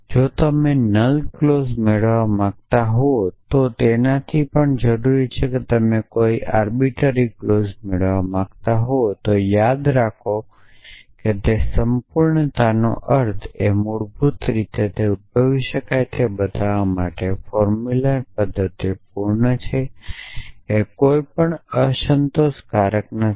જો તમે null clause મેળવવા માંગતા હો તો કે તેનાથી પણ જરૂરી જો તમે કોઈ પણ મનસ્વી ક્લોઝ મેળવવા માંગતા હો તો યાદ રાખો કે સંપૂર્ણતાનો અર્થ એ છે કે મૂળભૂત રીતે જે પણ ઉદ્દભવી શકાય તે બતાવવા માટે ફોર્મુલા પદ્ધતિ પૂર્ણ છે કે કોઈ ફોર્મુલા અસંતોષકારક નથી